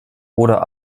oder